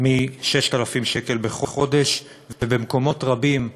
מ-6,000 שקל בחודש, ובמקומות רבים,